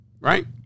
Right